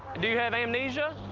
do you have amnesia?